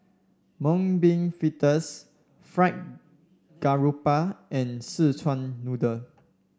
Mung Bean Fritters Fried Garoupa and Szechuan Noodle